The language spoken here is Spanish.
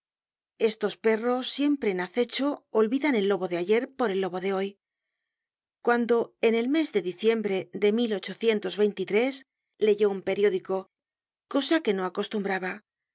valjeanestos perros siempre en acecho olvidan el lobo de ayer por el lobo de hoy cuando en el mes de diciembre de leyó un periódico cosa que no acostumbraba